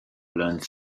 learned